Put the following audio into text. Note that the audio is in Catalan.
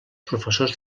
professors